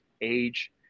age